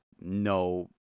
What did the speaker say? no